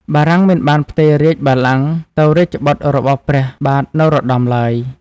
បារាំងមិនបានផ្ទេររាជបល្ល័ង្កទៅរាជបុត្ររបស់ព្រះបាទនរោត្តមឡើយ។